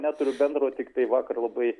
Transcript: neturiu bendro tiktai vakar labai